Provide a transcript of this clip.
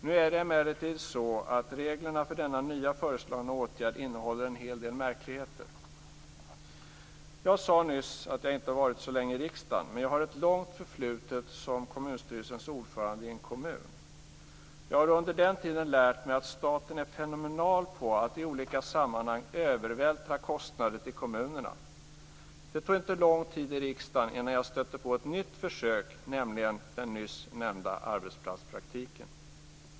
Nu är det emellertid så att reglerna för denna nya föreslagna åtgärd innehåller en hel del märkligheter. Jag sade nyss att jag inte har varit så länge i riksdagen. Men jag har ett långt förflutet som kommunstyrelsens ordförande i en kommun. Jag har under den tiden lärt mig att staten är fenomenal på att i olika sammanhang övervältra kostnader till kommunerna. Det tog inte lång tid i riksdagen förrän jag stötte på ett nytt försök att göra detta, nämligen den nyss nämnda arbetsplatspraktiken.